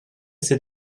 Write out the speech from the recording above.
ces